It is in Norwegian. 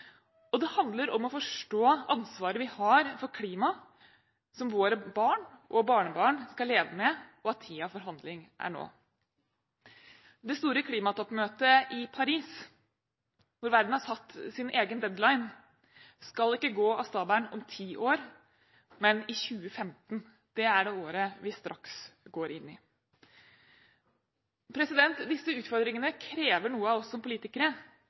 Og det handler om å forstå ansvaret vi har for klimaet som våre barn og barnebarn skal leve med, og at tiden for handling er nå. Det store klimatoppmøtet i Paris, hvor verden har satt sin egen deadline, skal ikke gå av stabelen om ti år, men i 2015. Det er det året vi straks går inn i. Disse utfordringene krever noe av oss som politikere,